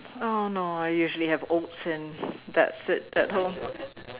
oh no I usually have oats that's it at home